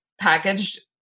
packaged